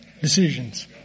decisions